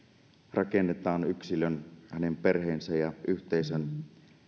rakennetaan yksilön hänen perheensä ja yhteisön